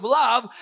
love